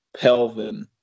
Pelvin